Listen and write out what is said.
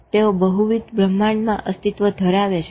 તેઓ બહુવિધ બ્રહ્માંડમાં અસ્તિત્વ ધરાવે છે